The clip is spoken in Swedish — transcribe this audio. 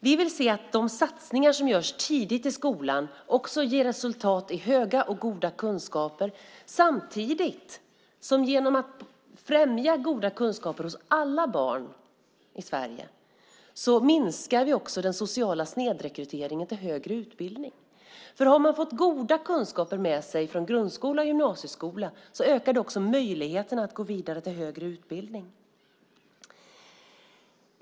Vi vill se att de satsningar som ges tidigt i skolan också ger resultat i höga och goda kunskaper. Genom att främja goda kunskaper hos alla barn i Sverige minskar vi den sociala snedrekryteringen till högre utbildning. Om man har fått goda kunskaper med sig från grundskola och gymnasieskola ökar möjligheten att gå vidare till högre utbildning.